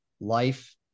life